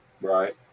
Right